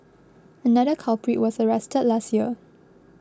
another culprit was arrested last year